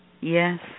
yes